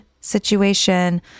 situation